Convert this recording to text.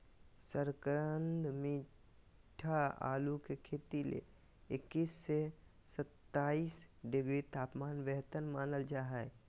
शकरकंद मीठा आलू के खेती ले इक्कीस से सत्ताईस डिग्री तापमान बेहतर मानल जा हय